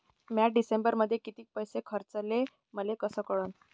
म्या डिसेंबरमध्ये कितीक पैसे खर्चले मले कस कळन?